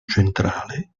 centrale